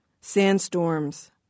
sandstorms